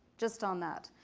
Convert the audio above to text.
just on that.